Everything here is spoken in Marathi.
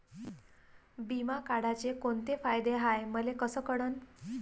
बिमा काढाचे कोंते फायदे हाय मले कस कळन?